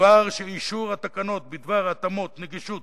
הובהר שאישור התקנות בדבר התאמות נגישות